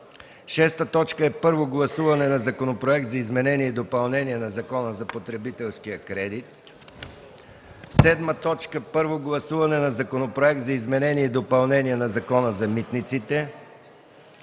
Кичиков. 6. Първо гласуване на Законопроекта за изменение и допълнение на Закона за потребителския кредит. 7. Първо гласуване на Законопроекта за изменение и допълнение на Закона за митниците.